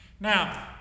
Now